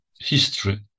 history